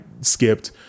skipped